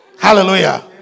Hallelujah